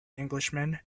englishman